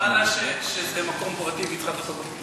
היא אמרה לה שזה מקום פרטי ושהיא צריכה לחכות בחוץ.